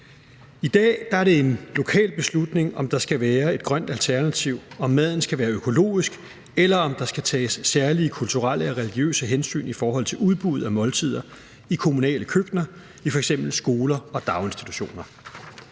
I dag er det en lokal beslutning, om der skal være et grønt alternativ, om maden skal være økologisk, eller om der skal tages særlige kulturelle eller religiøse hensyn i forhold til udbuddet af måltider i kommunale køkkener i f.eks. skoler og daginstitutioner.